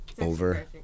Over